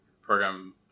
program